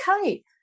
okay